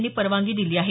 यांनी परवानगी दिली आहे